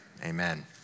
Amen